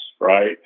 right